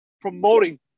promoting